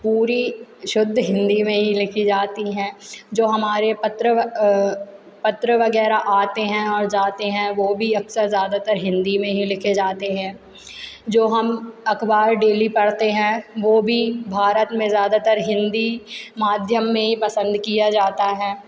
पूरी शुद्ध हिंदी में ही लिखी जाती हैं जो हमारे पत्र पत्र वगैरह आते हैं और जाते हैं वो भी अक्सर ज़्यादातर हिंदी में ही लिखे जाते हैं जो हम अखबार डेली पढ़ते हैं वह भी भारत में ज़्यादातर हिंदी माध्यम में ही पसंद किया जाता है